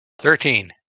Thirteen